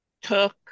took